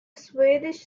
swedish